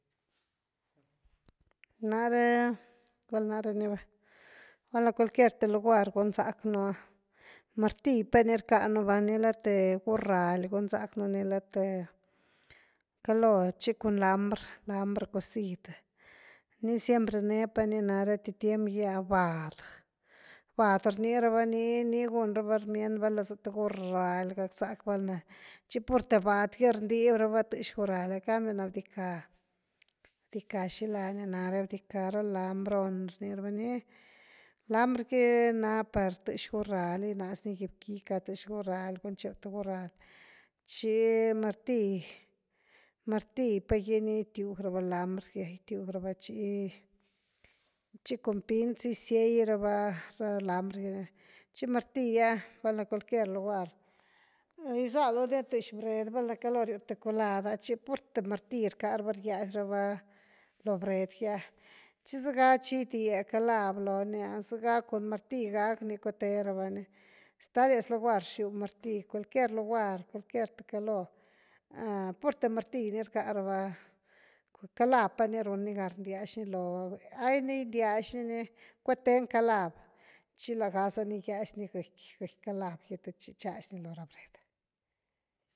Nare val nare ni va, bal nacualquier th lugar gun zack nú ha, martill pa ni rcka nú va nila th gurral’y gun zack nú nila th caloo, tchi cun lambr recosid ni simpre ne pa ni nare, einty tiem gy ah vaad-vaad rni raba ni ní gun raba rmiend val’na za th gurraly gackzack val’na, chi purte vaad gy rbdib raba tëx gurral en cambio na bdica-bdica xila ni nare, bdica ra lambron rniraba ni, lambr gy na par tëx gurral ginaz ni giag bki gicka tex gurral, gunchew th gurral chi martill-martill pa gi ni gitiug raba lambr gy, gitiug raba chi-chi cun pinz gisiei raba ra lambr gy, chi martill’a val’na cualquier lugar gisaldu ni tëx bred valna caloo riu th colad ah, chi purte martill rcka raba rgiasa raba lo bred gy ah, tchi zëga chi gidie calav lo ni a, sega cun martill gagi cuate raba ni, stalias lugar rxiu martill cualquier lugar cualquier th caloo ha purte martill ni rcá raba, calav pa ni run ni gan rndiax ni loo ain ni gindiax ni-ni cuteni calav, chi lá gaza ni giaz ni gëcky-gëcky calav te chi chazy ni lo ra bred.